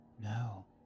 No